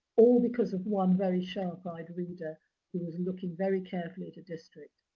all because of one very sharp eyed reader who was looking very carefully at a district,